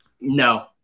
No